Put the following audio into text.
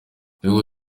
nubwo